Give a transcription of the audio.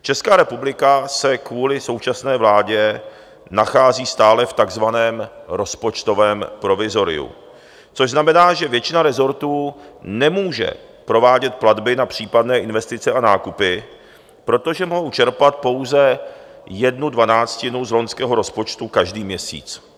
Česká republika se kvůli současné vládě nachází stále v takzvaném rozpočtovém provizoriu, což znamená, že většina resortů nemůže provádět platby na případné investice a nákupy, protože mohou čerpat pouze jednu dvanáctinu z loňského rozpočtu každý měsíc.